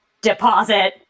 deposit